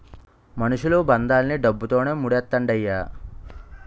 మనుషులు బంధాలన్నీ డబ్బుతోనే మూడేత్తండ్రయ్య